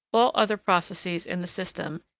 all other processes in the system,